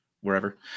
wherever